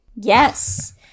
Yes